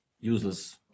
useless